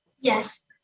Yes